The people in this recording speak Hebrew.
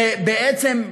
זה בעצם,